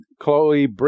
Chloe